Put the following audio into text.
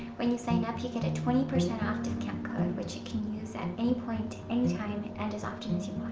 when you sign up you get a twenty percent off discount code, which you can use at any point, any time, and as often as you